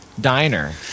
diner